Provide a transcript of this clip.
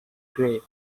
grey